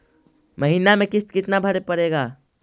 महीने में किस्त कितना भरें पड़ेगा?